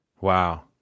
Wow